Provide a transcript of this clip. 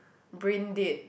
brain dead